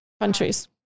countries